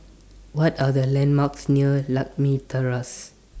What Are The landmarks near Lakme Terrace